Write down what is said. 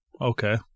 Okay